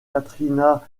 katrina